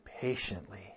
patiently